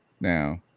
now